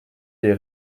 les